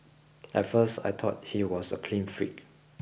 at first I thought he was a clean freak